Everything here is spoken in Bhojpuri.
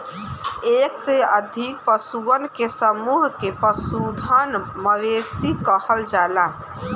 एक से अधिक पशुअन के समूह के पशुधन, मवेशी कहल जाला